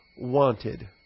wanted